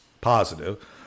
positive